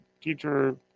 Teacher